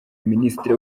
ministre